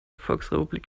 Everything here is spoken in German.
volksrepublik